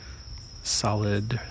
solid